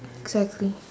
exactly